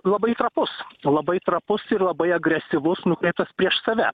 labai trapus labai trapus ir labai agresyvus nukreiptas prieš save